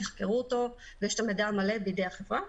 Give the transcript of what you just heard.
תחקרו אותו ויש המידע המלא בידי החברה.